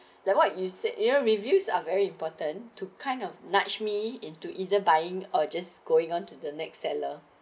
like what you said you know reviews are very important to kind of nudge me into either buying or just going on to the next seller